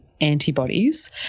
Antibodies